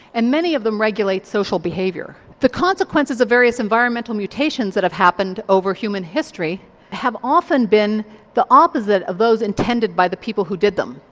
and many of them regulate social behaviour. the consequences of various environmental mutations that have happened over human history have often been the opposite of those intended by the people who did them.